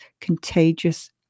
contagious